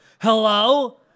hello